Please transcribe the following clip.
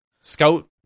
Scout